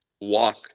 walk